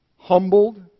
humbled